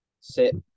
Sit